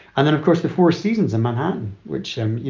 and then, of course, the four seasons in manhattan, which, and you